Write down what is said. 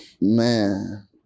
Man